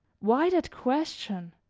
why that question?